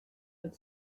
had